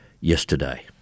yesterday